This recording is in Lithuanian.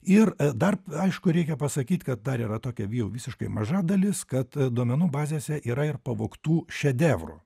ir dar aišku reikia pasakyt kad dar yra tokia jau visiškai maža dalis kad duomenų bazėse yra ir pavogtų šedevrų